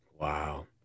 Wow